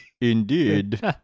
Indeed